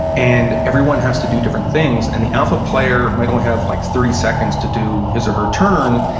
and everyone has to do different things, and the alpha player might only have like thirty seconds to do his or her turn.